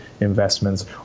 investments